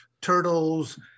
turtles